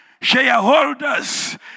shareholders